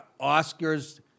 Oscars